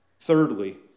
Thirdly